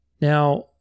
Now